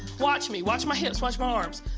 watch me. watch my hips. watch my arms.